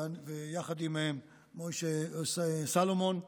יחד עם משה סולומון,